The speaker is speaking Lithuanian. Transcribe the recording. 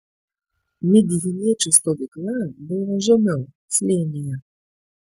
midjaniečių stovykla buvo žemiau slėnyje